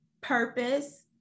purpose